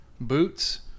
boots